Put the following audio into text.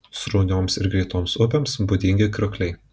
sraunioms ir greitoms upėms būdingi kriokliai